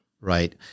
Right